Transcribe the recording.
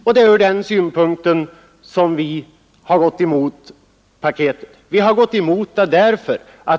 Det är ur den synpunkten som vi har gått emot paketet.